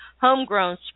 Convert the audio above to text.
homegrown